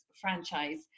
franchise